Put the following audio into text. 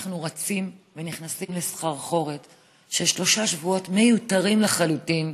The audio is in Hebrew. אנחנו רצים ונכנסים לסחרחורת של שלושה שבועות מיותרים לחלוטין,